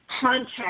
contact